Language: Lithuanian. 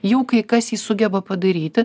jau kai kas jį sugeba padaryti